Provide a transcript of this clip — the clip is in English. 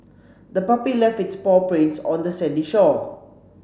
the puppy left its paw prints on the sandy shore